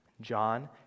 John